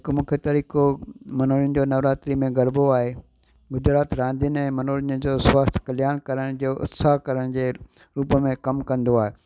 हिकु मूंखे तरीक़ो मनोरंजन जो नवरात्री में गरबो आहे गुजरात रांदियुनि ऐं मनोरंजन जो स्वस्थ कल्याण करण जो उत्साह करण जे रूप में कमु कंदो आहे